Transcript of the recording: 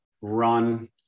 run